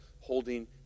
holding